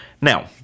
Now